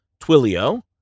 Twilio